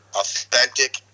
authentic